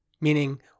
meaning